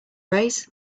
raise